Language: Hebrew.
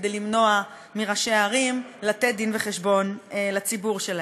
כדי למנוע מראשי ערים לתת דין-וחשבון לציבור שלהם.